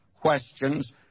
questions